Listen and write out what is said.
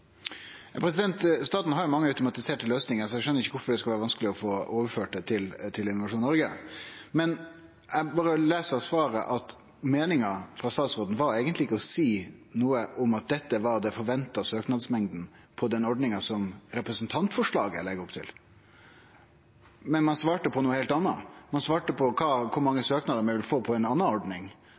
Staten har mange automatiserte løysingar, så eg skjønar ikkje kvifor det skulle vere vanskeleg å få overført det til Innovasjon Norge. Men eg les av svaret at meininga frå statsråden eigentleg ikkje var å seie noko om at dette var den forventa søknadsmengda på den ordninga som representantforslaget legg opp til. Ein svarte på noko heilt anna. Ein svarte på kor mange søknader ein ville få på ei anna ordning,